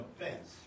offense